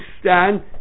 stand